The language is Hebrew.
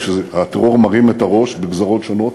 כשהטרור מרים את הראש בגזרות שונות,